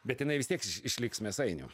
bet jinai vis tiek iš išliks mėsainiu